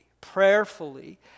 prayerfully